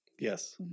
Yes